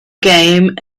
game